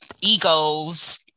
egos